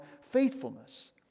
faithfulness